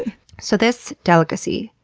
so this delicacy,